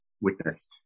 witnessed